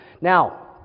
Now